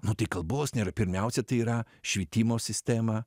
nu tai kalbos nėra pirmiausia tai yra švietimo sistema